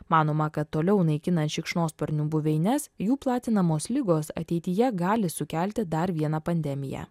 manoma kad toliau naikinan šikšnosparnių buveines jų platinamos ligos ateityje gali sukelti dar vieną pandemiją